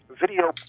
video